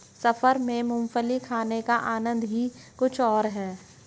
सफर में मूंगफली खाने का आनंद ही कुछ और है